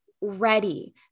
ready